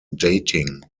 dating